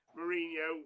Mourinho